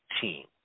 team